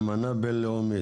אמנה בינלאומית.